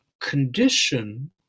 condition